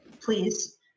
Please